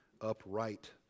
upright